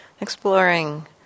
exploring